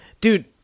Dude